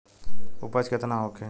उपज केतना होखे?